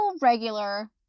regular